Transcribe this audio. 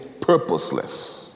purposeless